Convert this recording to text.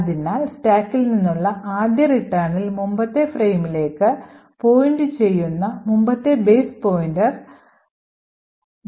അതിനാൽ സ്റ്റാക്കിൽ നിന്നുള്ള ആദ്യ റിട്ടേണിൽ മുമ്പത്തെ ഫ്രെയിമിലേക്ക് പോയിന്റുചെയ്യുന്ന മുമ്പത്തെ ബേസ് പോയിന്റർ base പോയിന്ററിലേക്ക് ലോഡുചെയ്യുന്നു